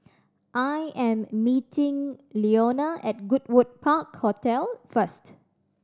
I am meeting Leona at Goodwood Park Hotel first